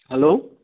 hello